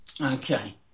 Okay